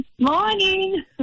Morning